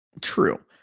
true